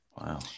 Wow